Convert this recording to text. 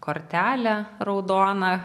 kortelę raudoną